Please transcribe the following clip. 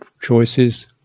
choices